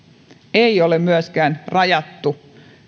ei ole myöskään rajattu